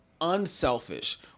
unselfish